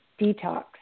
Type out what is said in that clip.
detox